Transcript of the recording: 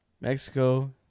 Mexico